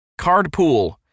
Cardpool